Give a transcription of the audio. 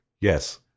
yes